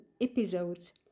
episodes